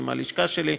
עם הלשכה שלי,